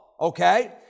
okay